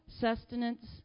sustenance